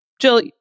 Jill